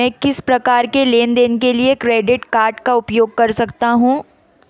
मैं किस प्रकार के लेनदेन के लिए क्रेडिट कार्ड का उपयोग कर सकता हूं?